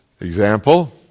Example